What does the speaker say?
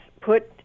put